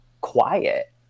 quiet